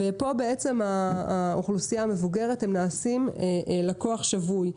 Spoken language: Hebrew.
ופה בעצם האוכלוסייה המבוגרת הם נעשים לקוח שבוי.